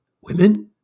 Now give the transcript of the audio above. Women